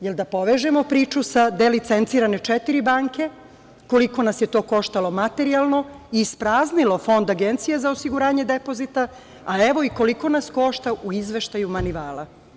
Jel da povežemo priču sa delicencirane četiri banke, koliko nas je to koštalo materijalno i ispraznilo fond Agencije za osiguranje depozita, a evo i koliko nas košta u izveštaju Manivala.